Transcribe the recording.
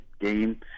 game